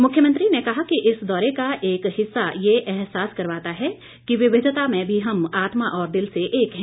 मुख्यमंत्री ने कहा कि इस दौरे का एक हिस्सा ये एहसास करवाता है कि विविधता में भी हम आत्मा और दिल से एक हैं